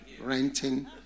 renting